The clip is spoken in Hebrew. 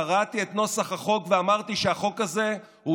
קרעתי את נוסח החוק ואמרתי שהחוק הזה הוא